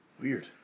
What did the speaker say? weird